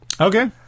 Okay